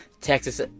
Texas